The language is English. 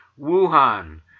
Wuhan